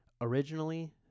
Originally